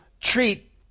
treat